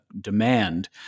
demand